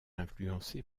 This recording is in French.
influencées